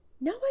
No